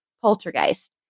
Poltergeist